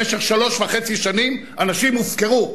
במשך שלוש שנים וחצי אנשים הופקרו,